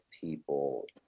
people